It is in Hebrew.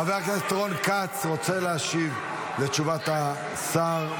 חבר הכנסת רון כץ רוצה להשיב לתשובת השר.